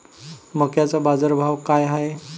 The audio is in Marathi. मक्याचा बाजारभाव काय हाय?